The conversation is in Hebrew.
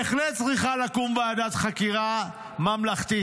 בהחלט צריכה לקום ועדת חקירה ממלכתית.